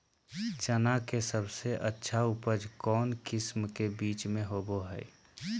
चना के सबसे अच्छा उपज कौन किस्म के बीच में होबो हय?